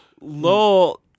Lol